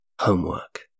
Homework